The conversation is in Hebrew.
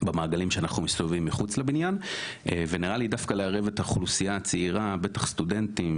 רוצה לדאוג לדיור